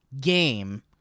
game